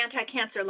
anti-cancer